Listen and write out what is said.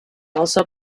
also